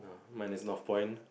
mine is Northpoint